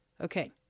Okay